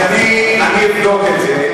אז אני אבדוק את זה.